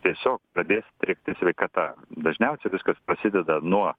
tiesiog pradės trikti sveikata dažniausia viskas prasideda nuo